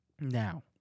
Now